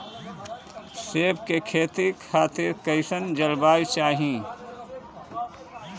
सेब के खेती खातिर कइसन जलवायु चाही?